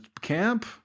camp